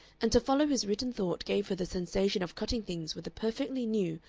and to follow his written thought gave her the sensation of cutting things with a perfectly new,